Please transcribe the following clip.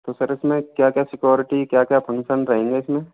तो सर इसमें क्या क्या सिक्योरिटी क्या क्या फंक्शन रहेंगे इसमें